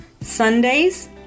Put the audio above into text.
Sundays